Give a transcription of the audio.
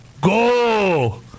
Go